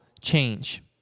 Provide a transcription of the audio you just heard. change